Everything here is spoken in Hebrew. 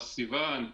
סיון,